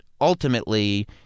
ultimately